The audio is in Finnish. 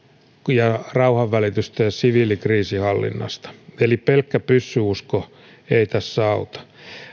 ja rauhanvälityksestä ja siviilikriisinhallinnasta eli pelkkä pyssyusko ei tässä auta